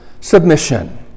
submission